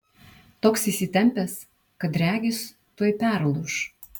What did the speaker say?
toks įsitempęs kad regis tuoj perlūš